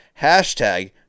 hashtag